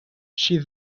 she